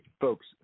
folks